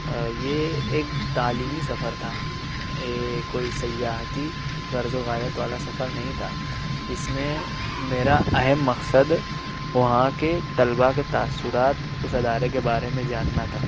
یہ ایک تعلیمی سفر تھا یہ کوئی سیاحتی غرض و غایت والا سفر نہیں تھا اس میں میرا اہم مقصد وہاں کے طلباء کے تاثرات اس ادارے کے بارے میں جاننا تھا